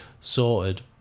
sorted